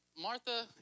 Martha